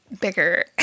Bigger